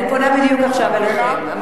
אני פונה בדיוק עכשיו אליכם,